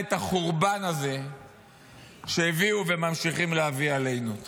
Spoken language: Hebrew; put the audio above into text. את החורבן הזה שהביאו וממשיכים להביא עלינו.